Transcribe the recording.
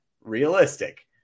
realistic